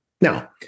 Now